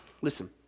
Listen